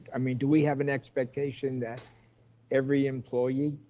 i mean, do we have an expectation that every employee